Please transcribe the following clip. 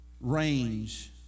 range